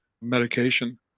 medication